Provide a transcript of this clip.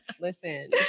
Listen